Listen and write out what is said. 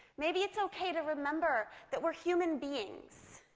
maybe it's ok to remember that we're human beings,